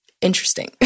interesting